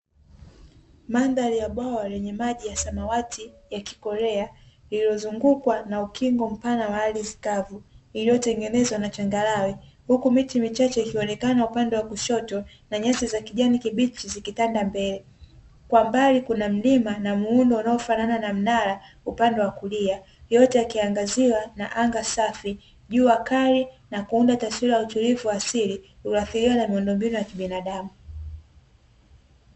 Mandhari ya bwawa lenye maji samawati ya Kikorea, iliyozungukwa na ukingo mpana wa aridhi kavu iliyotegenezwa na changarawe, huku miti michache ikionekana upande wa kushoto na nyasi za kijani kibichi zikitanda mbele, kwa mbali kuna mlima na muundo uliofanana na mnara upande wa kulia, yote yakiangaziwa na anga safi, jua kali na kuunda taswira halisi ya asili huadhiriwa na miundombinu ya kibidamu.